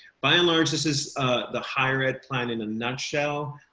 by and large, this is the higher ed plan in a nutshell.